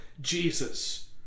Jesus